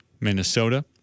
Minnesota